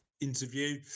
interview